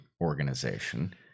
organization